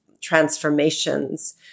transformations